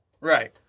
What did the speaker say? right